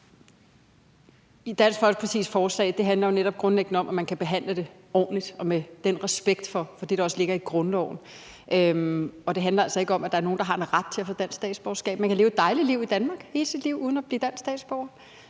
Dansk Folkepartis forslag handler jo grundlæggende om netop det med, om man kan behandle det ordentligt og med respekt for det, der også ligger i grundloven. Det handler altså ikke om, at der er nogen, der har en ret til at få dansk statsborgerskab. Man kan leve dejligt i Danmark hele sit liv uden at blive dansk statsborger.